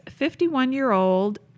51-year-old